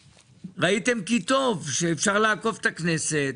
שראיתם כי טוב, ושאפשר לעקוף את הכנסת